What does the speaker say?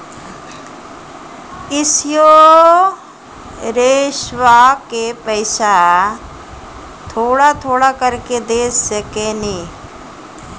इंश्योरेंसबा के पैसा थोड़ा थोड़ा करके दे सकेनी?